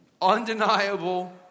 undeniable